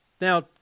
now